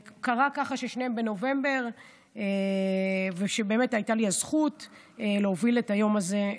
קרה ששניהם בנובמבר ושבאמת הייתה לי הזכות להוביל את היום הזה.